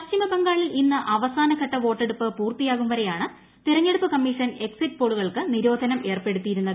പശ്ചിമബംഗാളിൽ ഇന്ന് അവസാനഘട്ട വോട്ടെടുപ്പ് പൂർത്തിയാകും വരെയാണ് തെരഞ്ഞെടുപ്പ് കമ്മീഷൻ എക്സിറ്റ് പോളുകൾക്ക് നിരോധനം ഏർപ്പെടുത്തിയിരുന്നത്